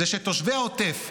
וזה שתושבי העוטף,